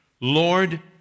Lord